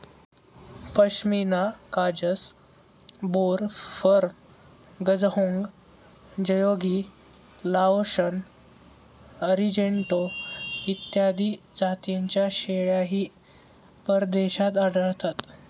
पश्मिना काजस, बोर, फर्म, गझहोंग, जयोगी, लाओशन, अरिजेंटो इत्यादी जातींच्या शेळ्याही परदेशात आढळतात